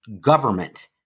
government